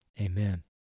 Amen